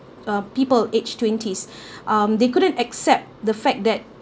uh people aged twenties um they couldn't accept the fact that